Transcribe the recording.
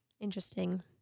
Interesting